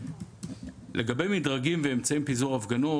לגבי מדרגים ואמצעים לפיזור הפגנות,